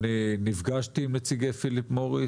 נפגשתי עם נציגי פיליפ מוריס